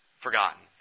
forgotten